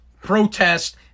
protest